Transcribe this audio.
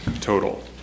total